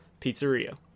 pizzeria